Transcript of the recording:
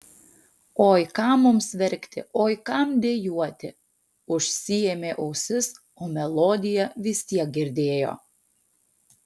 oi kam mums verkti oi kam dejuoti užsiėmė ausis o melodiją vis tiek girdėjo